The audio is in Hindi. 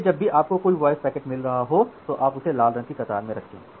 इसलिए जब भी आपको कोई वॉयस पैकेट मिल रहा हो तो आप उसे लाल रंग की कतार में रखें